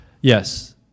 Yes